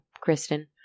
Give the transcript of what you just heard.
Kristen